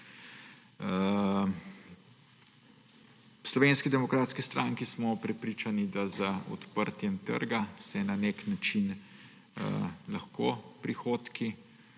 Slovenski demokratski stranki smo prepričani, da se z odprtjem trga na nek način prihodki